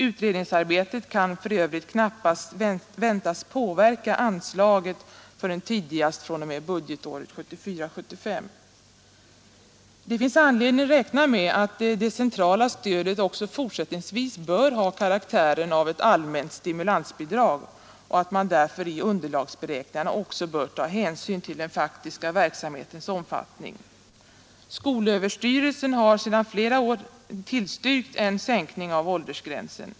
Utredningsarbetet kan för övrigt knappast väntas påverka anslaget förrän i bästa fall tidigast fr.o.m. budgetåret 1974/75. Det finns anledning att räkna med att det centrala stödet även fortsättningsvis bör ha karaktären av ett allmänt stimulansbidrag och att man därför i underlagsberäkningarna också bör ta hänsyn till den faktiska verksamhetens omfattning. Skolöverstyrelsen har sedan flera år tillstyrkt en sänkning av åldersgränsen.